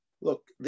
look